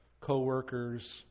co-workers